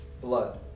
blood